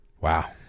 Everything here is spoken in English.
Wow